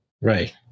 Right